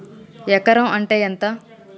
ఎకరం అంటే ఎంత?